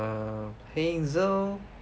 uh hazel